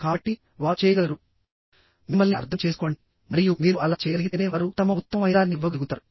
కాబట్టి వారు చేయగలరు మిమ్మల్ని అర్థం చేసుకోండి మరియు మీరు అలా చేయగలిగితేనే వారు తమ ఉత్తమమైనదాన్ని ఇవ్వగలుగుతారు